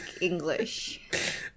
english